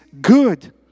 good